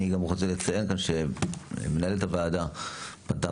אני גם רוצה לציין שמנהלת הוועדה פנתה